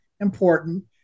important